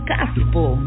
Gospel